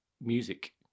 music